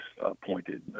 appointed